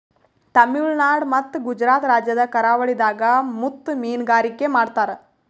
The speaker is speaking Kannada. ತಮಿಳುನಾಡ್ ಮತ್ತ್ ಗುಜರಾತ್ ರಾಜ್ಯದ್ ಕರಾವಳಿದಾಗ್ ಮುತ್ತ್ ಮೀನ್ಗಾರಿಕೆ ಮಾಡ್ತರ್